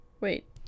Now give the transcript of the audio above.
Wait